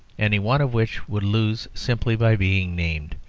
any one of which would lose simply by being named.